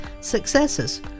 successes